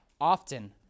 often